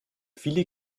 viele